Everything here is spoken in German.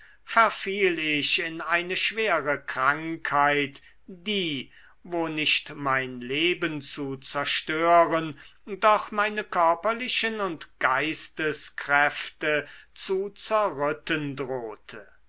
verfiel ich in eine schwere krankheit die wo nicht mein leben zu zerstören doch meine körperlichen und geisteskräfte zu zerrütten drohte